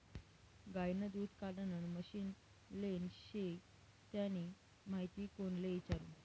गायनं दूध काढानं मशीन लेनं शे त्यानी माहिती कोणले इचारु?